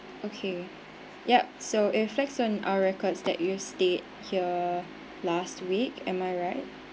okay yup so it reflects on our records that you stayed here last week am I right